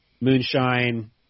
moonshine